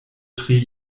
tri